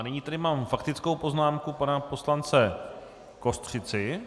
Nyní tady mám faktickou poznámku pana poslance Kostřici.